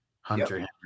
Hunter